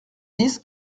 dix